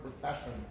profession